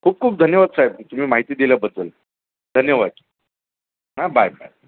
खूप खूप धन्यवाद साहेब तुम्ही माहिती दिल्याबद्दल धन्यवाद हा बाय बाय